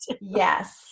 Yes